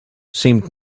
seemed